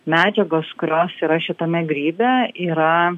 medžiagos kurios yra šitame grybe yra